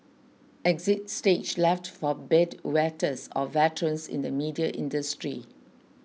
exit stage left for bed wetters or veterans in the media industry